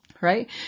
right